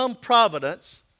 providence